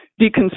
deconstruct